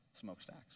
smokestacks